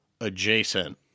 adjacent